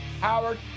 Howard